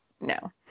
no